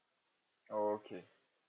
okay